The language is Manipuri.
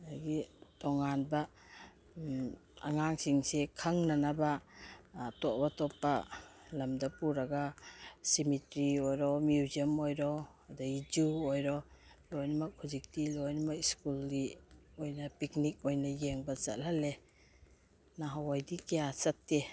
ꯑꯗꯒꯤ ꯇꯣꯉꯥꯟꯕ ꯑꯉꯥꯡꯁꯤꯡꯁꯦ ꯈꯪꯅꯅꯕ ꯑꯇꯣꯞ ꯑꯇꯣꯞꯄ ꯂꯝꯗ ꯄꯨꯔꯒ ꯁꯤꯃꯤꯇ꯭ꯔꯤ ꯑꯣꯏꯔꯣ ꯃꯤꯎꯖꯤꯌꯝ ꯑꯣꯏꯔꯣ ꯑꯗꯩ ꯖꯨ ꯑꯣꯏꯔꯣ ꯂꯣꯏꯅꯃꯛ ꯍꯧꯖꯤꯛꯇꯤ ꯂꯣꯏꯅꯃꯛ ꯁ꯭ꯀꯨꯜꯒꯤ ꯑꯣꯏꯅ ꯄꯤꯛꯅꯤꯛ ꯑꯣꯏꯅ ꯌꯦꯡꯕ ꯆꯠꯍꯜꯂꯦ ꯅꯍꯥꯟꯋꯥꯏꯗꯤ ꯀꯌꯥ ꯆꯠꯇꯦ